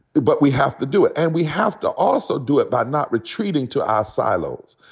but we have to do it. and we have to also do it by not retreating to our silos.